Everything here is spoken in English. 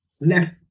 left